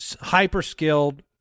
hyper-skilled